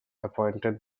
appointed